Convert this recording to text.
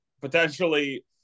potentially